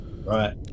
Right